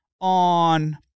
on